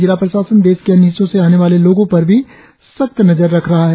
जिला प्रशासन देश के अन्य हिस्सों से आने वाले लोगो पर भी सख्त नजर रख रहा है